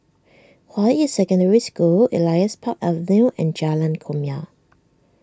Hua Yi Secondary School Elias Park Avenue and Jalan Kumia